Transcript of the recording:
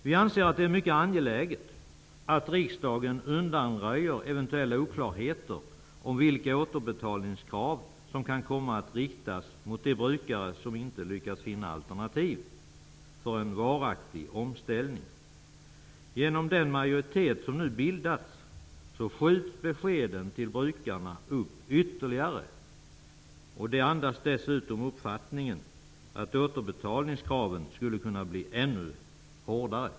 Vi anger att det är mycket angeläget att riksdagen undanröjer eventuella oklarheter om vilka återbetalningskrav som kan komma att riktas mot de brukare som inte lyckas finna alternativ för en varaktig omställning. Genom den majoritet som nu har bildats skjuts beskeden till brukarna upp ytterligare. Dess skrivning andas dessutom uppfattningen att återbetalningskraven skulle kunna bli ännu hårdare.